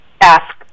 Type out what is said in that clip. ask